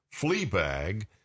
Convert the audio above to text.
Fleabag